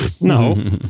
No